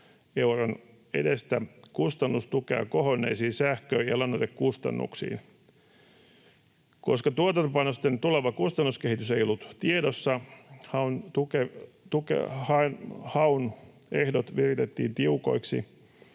euron edestä kustannustukea kohonneisiin sähkö- ja lannoitekustannuksiin. Koska tuotantopanosten tuleva kustannuskehitys ei ollut tiedossa, haun ehdot viritettiin tiukoiksi,